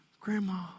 Grandma